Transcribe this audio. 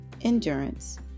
endurance